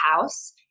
house